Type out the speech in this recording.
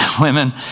Women